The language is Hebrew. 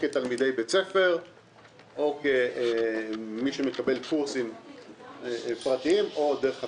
תלמידי בית ספר או מי שמקבל קורסים פרטיים או דרך התמ"ת,